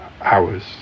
hours